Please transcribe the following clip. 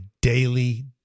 daily